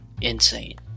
insane